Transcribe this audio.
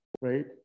right